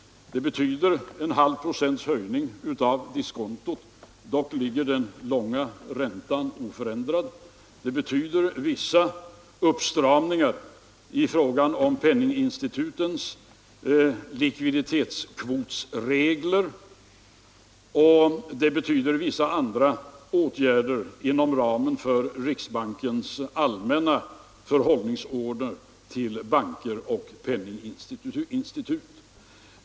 Det betyder en halv procents höjning av diskontot; dock ligger den långa räntan oförändrad. Det innebär vissa uppstramningar i fråga om penninginstitutens likviditetskvotregler, och det betyder vissa andra åtgärder inom ramen för riksbankens allmänna förhållningsorder till banker och penninginstitut.